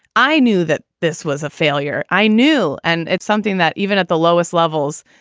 i knew that this was a failure. i knew. and it's something that even at the lowest levels,